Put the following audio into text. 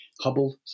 Hubble